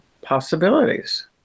possibilities